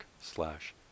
slash